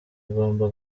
agomba